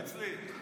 תרביץ לי?